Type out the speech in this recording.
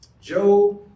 Job